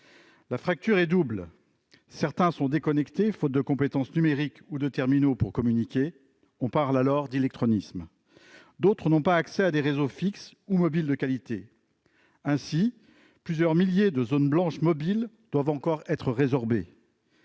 La fracture est double. Certains sont déconnectés faute de compétences numériques ou de terminaux pour communiquer- on parle alors d'illectronisme -, d'autres n'ont pas accès à des réseaux fixes ou mobiles de qualité. Ainsi, plusieurs milliers de zones blanches mobiles doivent encore être résorbées.